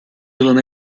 yılın